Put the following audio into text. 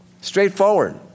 Straightforward